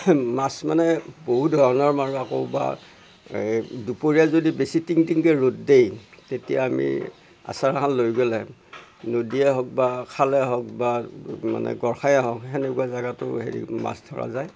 মাছ মানে বহু ধৰণৰ মাৰোঁ আকৌ বা এই দুপৰীয়া যদি বেছি টিংটিংকৈ ৰ'দ দেই তেতিয়া আমি আছাৰাখন লৈ গ'লে নদীয়ে হওক বা খালেই হওক বা মানে গড় খাৱই হওক সেনেকুৱা জেগাতো হেৰি মাছ ধৰা যায়